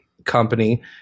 Company